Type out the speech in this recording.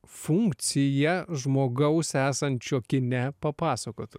funkciją žmogaus esančio kine papasakot